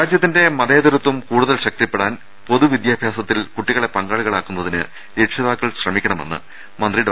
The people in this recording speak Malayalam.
രാജ്യത്തിന്റെ മതേതരത്വം കൂടുതൽ ശക്തിപ്പെടാൻ പൊതുവിദ്യാഭ്യസത്തിൽ കുട്ടികളെ പങ്കാളികളാക്കാൻ രക്ഷിതാക്കൾ ശ്രമിക്കണമെന്ന് മന്ത്രി ഡോ